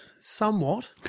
somewhat